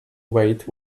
wait